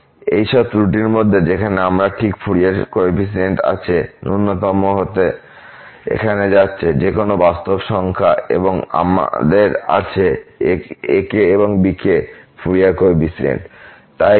এই সব ত্রুটির মধ্যে যেখানে আমরা ঠিক ফুরিয়ার কোফিসিয়েন্টস আছে ন্যূনতমহতে এখানে যাচ্ছে যেকোনো বাস্তব সংখ্যার এই এবং আমরা আছে ak এবং bkহয় ফুরিয়ার কোফিসিয়েন্টস